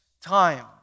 time